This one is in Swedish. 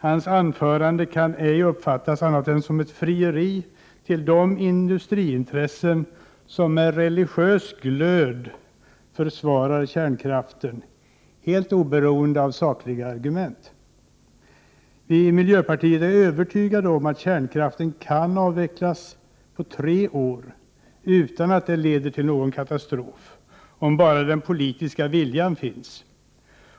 Hans anförande kan ej uppfattas som annat än ett frieri till de industriintressen som med religiös glöd försvarar kärnkraften helt oberoende av alla sakliga argument. Vi i miljöpartiet är övertygade om att kärnkraften kan avvecklas på tre år utan att det leder till någon katastrof — om bara den politiska viljan finns.